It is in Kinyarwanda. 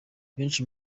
benshi